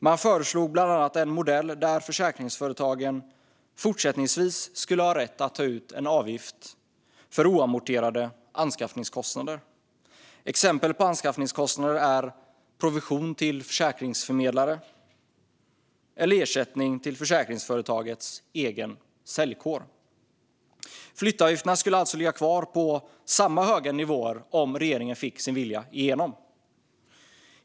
Man föreslog bland annat en modell där försäkringsföretagen fortsättningsvis skulle ha rätt att ta ut en avgift för oamorterade anskaffningskostnader. Exempel på anskaffningskostnader är provision till försäkringsförmedlare och ersättning till försäkringsföretagets egen säljkår. Flyttavgifterna skulle alltså ligga kvar på samma höga nivåer om regeringen fick sin vilja igenom.